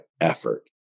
effort